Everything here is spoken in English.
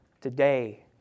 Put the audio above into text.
Today